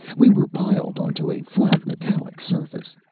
we were piled onto a flat metallic surface.